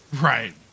right